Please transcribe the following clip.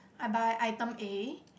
I buy item A